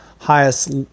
highest